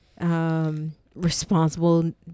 responsible